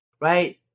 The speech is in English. Right